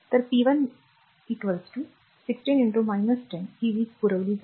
तर p 1 16 10 ही वीज पुरवली जाते